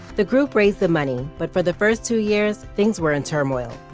the group raised the money, but for the first two years, things were in turmoil.